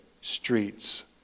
streets